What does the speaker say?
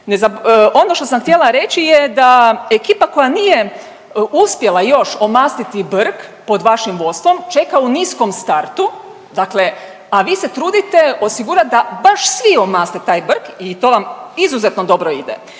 Onda što sam htjela reći je da ekipa koja nije uspjela još omastiti brk pod vašim vodstvom čeka u niskom startu, dakle a vi se trudite osigurati da baš svi omaste taj brk i to vam izuzetno dobro ide.